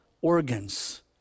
organs